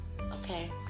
Okay